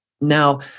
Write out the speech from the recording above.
Now